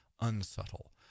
unsubtle